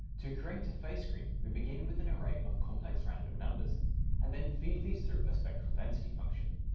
to create a phase screen, we begin with an array of complex random numbers and then feed these through a spectral density function.